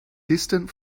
distant